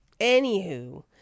anywho